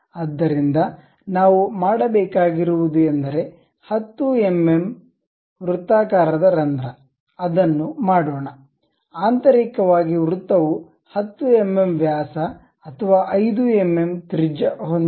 ಆದ್ದರಿಂದ ನಾವು ಮಾಡಬೇಕಾಗಿರುವದು ಎಂದರೆ 10 ಎಂಎಂ ವೃತ್ತಾಕಾರದ ರಂಧ್ರ ಅದನ್ನು ಮಾಡೋಣ ಆಂತರಿಕವಾಗಿ ವೃತ್ತವು 10 ಎಂಎಂ ವ್ಯಾಸ ಅಥವಾ 5 ಎಂಎಂ ತ್ರಿಜ್ಯ ಹೊಂದಿದೆ